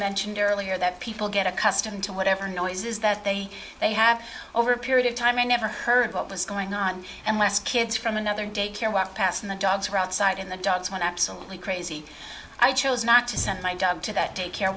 mentioned earlier that people get accustomed to whatever noises that they may have over a period of time and never heard what was going on and less kids from another day care what passed in the dogs or outside in the dogs went absolutely crazy i chose not to send my dog to that daycare